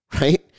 right